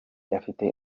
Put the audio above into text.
afite